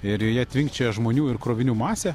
ir joje tvinkčioja žmonių ir krovinių masė